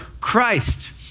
Christ